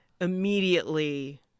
immediately